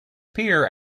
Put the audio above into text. pier